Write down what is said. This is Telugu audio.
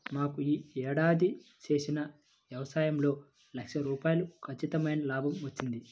మాకు యీ ఏడాది చేసిన యవసాయంలో లక్ష రూపాయలు ఖచ్చితమైన లాభం వచ్చింది